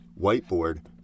whiteboard